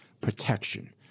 protection